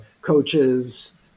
coaches